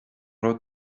raibh